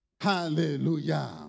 Hallelujah